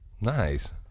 Nice